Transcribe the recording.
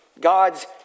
God's